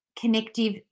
connective